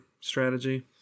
strategy